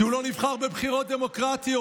כי הוא לא נבחר בבחירות דמוקרטיות,